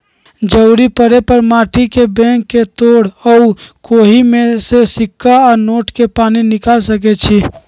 जरूरी परे पर माटी के बैंक के तोड़ कऽ ओहि में से सिक्का आ नोट के पनिकाल सकै छी